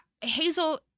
Hazel